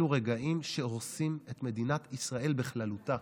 אלה רגעים שהורסים את מדינת ישראל בכללותה.